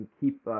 keep